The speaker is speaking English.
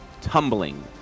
tumbling